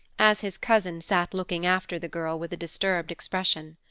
as his cousin sat looking after the girl, with a disturbed expression.